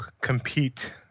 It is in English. compete